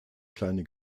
kleine